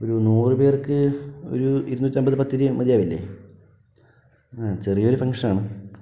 ഒരു നൂറു പേർക്ക് ഒരു ഇരുന്നൂറ്റമ്പത് പത്തിരി മതിയാവില്ലേ ആ ചെറിയൊരു ഫങ്ഷനാണ്